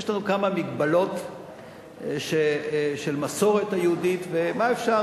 יש לנו כמה מגבלות של המסורת היהודית, ומה אפשר.